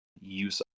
use